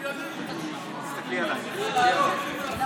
מעדיף את הממשלה הכי ימנית, הכי ימנית,